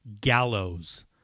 Gallows